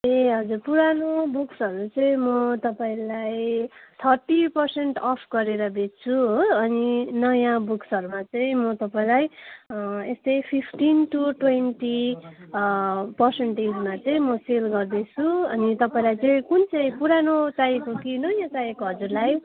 ए हजुर पुरानो बुक्सहरू चाहिँ म तपाईँलाई थर्टी पर्सेन्ट अफ गरेर बेच्छु हो अनि नयाँ बुक्सहरूमा चाहिँ म तपाईँलाई यस्तै फिफ्टिन टु ट्वेन्टी पर्सन्टेजमा चाहिँ म सेल गर्दैछु अनि तपाईँलाई चाहिँ कुन चाहिँ पुरानो चाहिएको हो कि नयाँ चाहिएको हजुरलाई